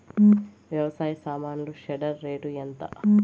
వ్యవసాయ సామాన్లు shredder rate ఎంత?